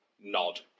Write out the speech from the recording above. nod